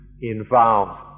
involved